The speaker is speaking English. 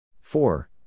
Four